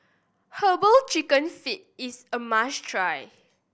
Herbal Chicken Feet is a must try